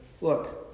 look